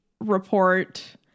report